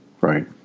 right